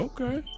Okay